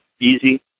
easy